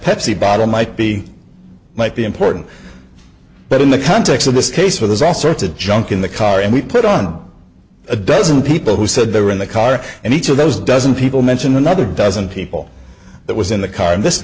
pepsi bottle might be might be important but in the context of this case where there's all sorts of junk in the car and we put on a dozen people who said they were in the car and each of those dozen people mention another dozen people that was in the car in this